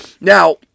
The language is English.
Now